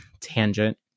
tangent